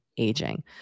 aging